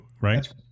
right